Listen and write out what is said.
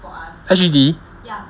S_G_D